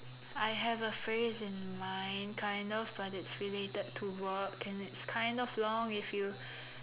I have a phrase in mind kind of but it's related to work and it's kind of long if you